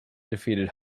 defeated